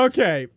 Okay